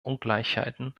ungleichheiten